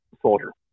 soldier